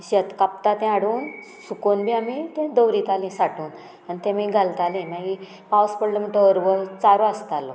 शेत कापता तें हाडून सुकोन बी आमी तें दवरितालीं सांठोन आनी तें आमी घालतालें मागीर पावस पडलो म्हणटगी हरवो चारो आसतालो